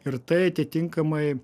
ir tai atitinkamai